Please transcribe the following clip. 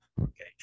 okay